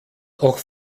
auch